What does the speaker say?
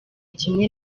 kimwe